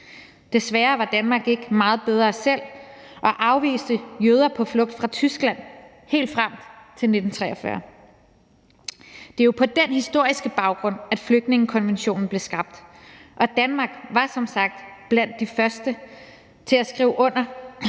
Desværre var Danmark ikke meget bedre selv og afviste jøder på flugt fra Tyskland helt frem til 1943. Det er jo på den historiske baggrund, at flygtningekonventionen blev skabt, og Danmark var som sagt blandt de første til at skrive under